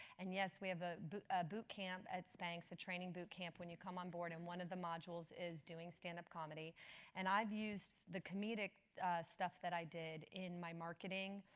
and yes, we have a boot camp at spanx, a training boot camp when you come on board and one of the modules is doing stand-up comedy and i've used the comedic stuff that i did in my marketing.